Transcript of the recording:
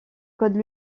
code